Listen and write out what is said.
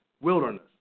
Wilderness